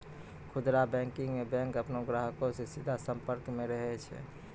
खुदरा बैंकिंग मे बैंक अपनो ग्राहको से सीधा संपर्क मे रहै छै